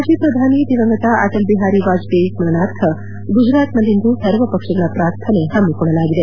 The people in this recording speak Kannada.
ಮಾಜಿ ಪ್ರಧಾನಿ ದಿವಂಗತ ಅಟಲ್ ಬಿಹಾರಿ ವಾಜಪೇಯಿ ಸ್ನರಣಾರ್ಥ ಗುಜರಾತ್ನಲ್ಲಿಂದು ಸರ್ವ ಪಕ್ಷ ಪ್ರಾರ್ಥನೆ ಹಮ್ಮಿಕೊಳ್ಟಲಾಗಿದೆ